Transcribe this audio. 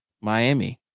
Miami